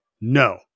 no